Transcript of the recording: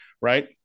right